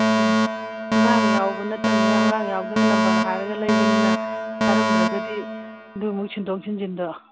ꯎꯝ ꯑꯉꯥꯡ ꯌꯥꯎꯕ ꯅꯠꯇꯃꯤꯅ ꯑꯉꯥꯡ ꯌꯥꯎꯗꯅ ꯅꯝꯕꯔ ꯍꯥꯏꯔꯒ ꯂꯩꯕꯅꯤꯅ ꯆꯥꯔꯝꯗ꯭ꯔꯒꯗꯤ ꯑꯗꯨ ꯑꯃꯨꯛ ꯁꯤꯟꯗꯣꯛ ꯁꯤꯟꯖꯤꯟꯗꯣ